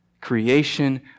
Creation